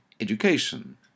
Education